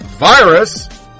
virus